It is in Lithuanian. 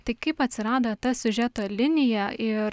tai kaip atsirado ta siužeto linija ir